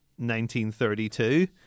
1932